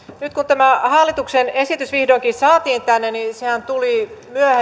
nyt kun tämä hallituksen esitys vihdoinkin saatiin tänne niin sehän tuli